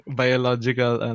biological